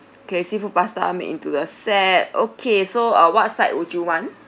K seafood pasta make into the set okay so uh what side would you want